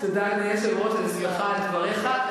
תודה, אדוני היושב-ראש, אני שמחה על דבריך.